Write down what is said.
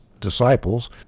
disciples